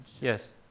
Yes